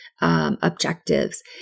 objectives